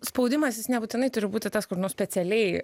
spaudimas jis nebūtinai turi būti tas kur nu specialiai